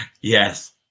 Yes